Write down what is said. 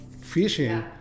fishing